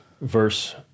verse